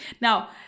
Now